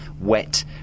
wet